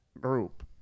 group